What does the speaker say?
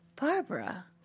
Barbara